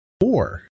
four